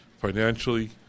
financially